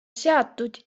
seatud